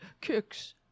Kicks